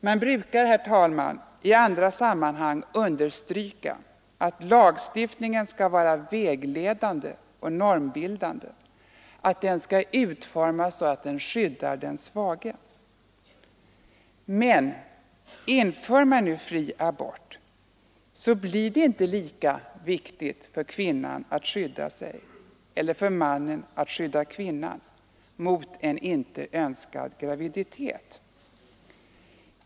Man brukar, herr talman, i andra sammanhang understryka att lagstiftningen skall vara vägledande och normbildande, att den skall utformas så att den skyddar den svage. Men införes nu fri abort blir det inte lika viktigt för kvinnan att skydda sig eller för mannen att skydda kvinnan mot en inte önskad graviditet.